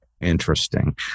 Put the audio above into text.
Interesting